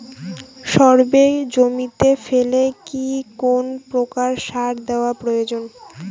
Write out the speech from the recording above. সর্ষে জমিতে ফেলে কি কোন প্রকার সার দেওয়া প্রয়োজন?